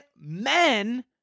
men